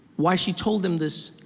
why she told them this,